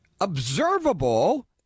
observable